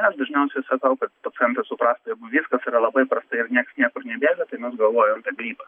aš dažniausiai sakau kad pacientas suprastų jeigu viskas yra labai prastai ir nieks niekur nebėga tai mes galvojam apie gripą